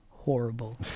horrible